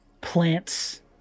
plants